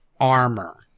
armor